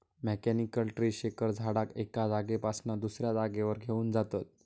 mechanical tree shaker झाडाक एका जागेपासना दुसऱ्या जागेवर घेऊन जातत